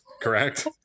correct